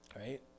Right